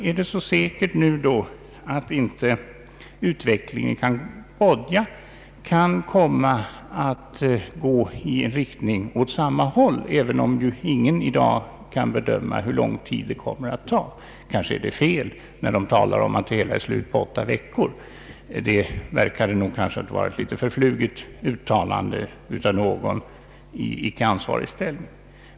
Är det nu så säkert att inte utvecklingen i Cambodja kan komma att gå i samma riktning, även om ingen i dag kan bedöma hur lång tid det kommer att ta? Kanske är det fel när man i USA säger att det hela är slut inom åtta veckor; det förefaller vara ett förfluget uttalande av någon i icke ansvarig ställning.